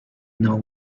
know